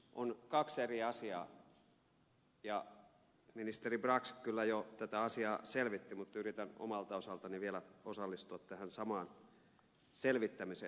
on kaksi eri asiaa ja ministeri brax kyllä jo tätä asiaa selvitti mutta yritän omalta osaltani vielä osallistua tähän samaan selvittämiseen